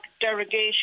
derogation